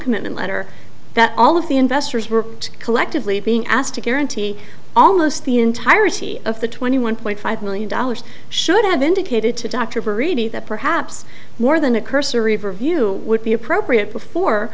commitment letter that all of the investors were collectively being asked to guarantee almost the entirety of the twenty one point five million dollars should have indicated to dr murray that perhaps more than a cursory review would be appropriate befor